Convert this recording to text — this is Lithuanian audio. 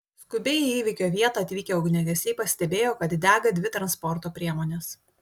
skubiai į įvykio vietą atvykę ugniagesiai pastebėjo kad dega dvi transporto priemonės